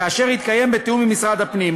וזה יתקיים בתיאום עם משרד הפנים.